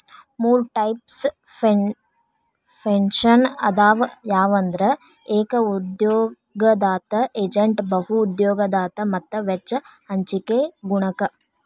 ಮೂರ್ types pension ಅದಾವ ಯಾವಂದ್ರ ಏಕ ಉದ್ಯೋಗದಾತ ಏಜೇಂಟ್ ಬಹು ಉದ್ಯೋಗದಾತ ಮತ್ತ ವೆಚ್ಚ ಹಂಚಿಕೆ ಗುಣಕ